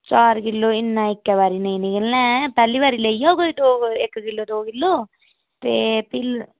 चार किलो इन्ना इक्क बारी इन्ना नेईं निकलना ऐ पैह्ले बारी लेई जाओ कोई इक्क जां दौ किलो ते भी